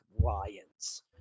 lions